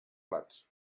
plats